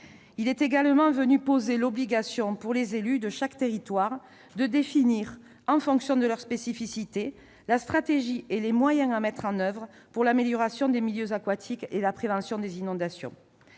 Il est également venu poser l'obligation, pour les élus de chaque territoire, de définir en fonction de leurs spécificités la stratégie et les moyens à mettre en oeuvre pour l'amélioration des milieux aquatiques et la prévention des inondations.